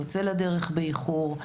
יוצא לדרך באיחור.